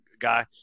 guy